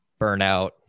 burnout